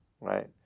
right